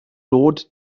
load